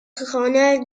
خانه